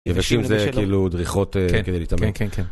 יבשים זה כאילו דריכות כדי להתאמן.